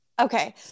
Okay